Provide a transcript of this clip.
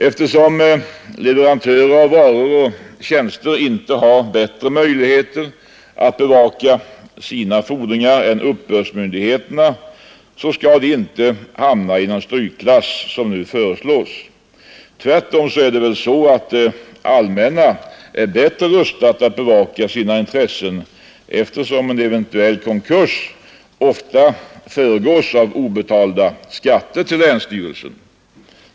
Eftersom leverantörer av varor och tjänster inte har bättre möjligheter att bevaka sina fordringar än uppbördsmyndigheterna, skall de inte hamna i någon strykklass såsom nu föreslås. Tvärtom är det väl så, att det allmänna är bättre rustat att bevaka sina intressen, eftersom en eventuell konkurs ofta föregås av obetalda skatter till länsstyrelsen.